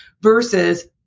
versus